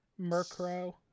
Murkrow